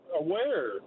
aware